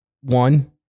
one